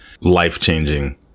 life-changing